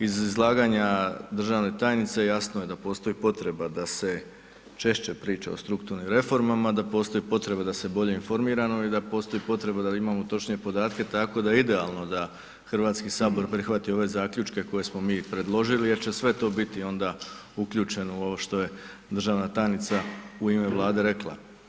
Iz izlaganja državne tajnice, jasno je da postoji potreba da se češće priča o strukturnim reformama, da postoje potreba da se bolje informiramo i da postoji potreba da imamo točne podatke, tako je idealno da HS prihvati ove zaključke koje smo mi predložili jer će sve to biti onda uključeno u ovo što je državna tajnica u ime Vlade rekla.